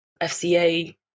FCA